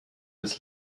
its